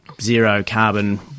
zero-carbon